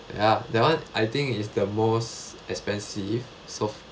ya that one I think is the most expensive so f~